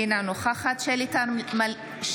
אינה נוכחת שלי טל מירון,